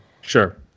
Sure